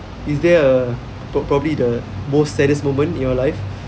is there a p~ probably the most saddest moment in your life